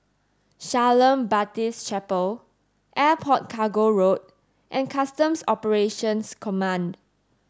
Shalom Baptist Chapel Airport Cargo Road and Customs Operations Command